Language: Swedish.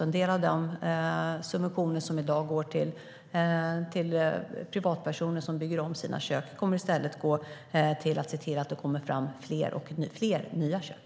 En del av de subventioner som i dag går till privatpersoner som bygger om sina kök kommer i stället att gå till att få fram fler nya kök.